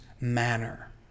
manner